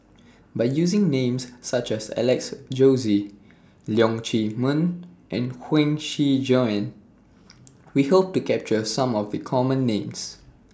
By using Names such as Alex Josey Leong Chee Mun and Huang Shiqi Joan We Hope to capture Some of The Common Names